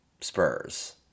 Spurs